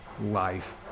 life